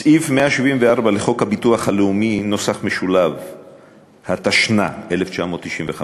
לחוק הביטוח הלאומי , התשנ"ה 1995,